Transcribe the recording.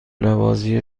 نوازی